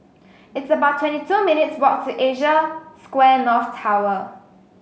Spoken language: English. it's about twenty two minutes' walk to Asia Square North Tower